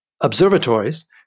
observatories